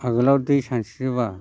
आगोलाव दै सानस्रियोब्ला